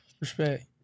Respect